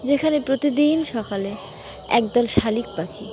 যেখানে প্রতিদিন সকালে একদল শালিখ পাখি